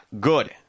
good